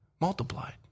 Multiplied